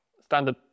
standard